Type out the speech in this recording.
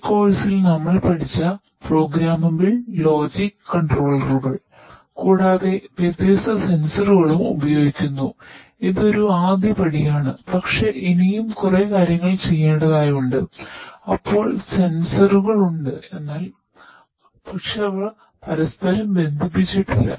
ഈ കോഴ്സിൽഉണ്ട് എന്നാൽ അവ പരസ്പരം ബന്ധിപ്പിച്ചിട്ടില്ല